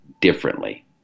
differently